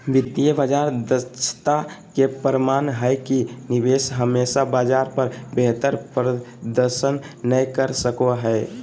वित्तीय बाजार दक्षता के प्रमाण हय कि निवेशक हमेशा बाजार पर बेहतर प्रदर्शन नय कर सको हय